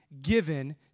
given